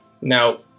Now